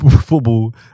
football